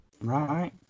right